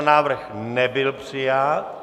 Návrh nebyl přijat.